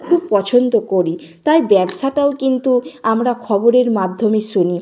খুব পছন্দ করি তাই ব্যবসাটাও কিন্তু আমরা খবরের মাধ্যমে শুনি